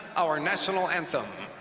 our national anthem.